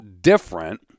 different